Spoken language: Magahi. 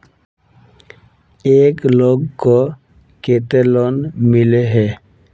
एक लोग को केते लोन मिले है?